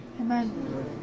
Amen